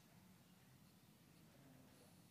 לי שום דרך להגיש בקשה למענק?